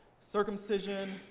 circumcision